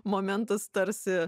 momentas tarsi